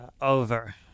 over